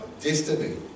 destiny